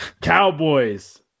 Cowboys